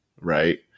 right